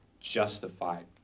Justified